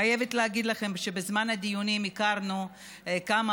אני חייבת להגיד לכם שבזמן הדיונים היכרנו כמה